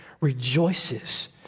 rejoices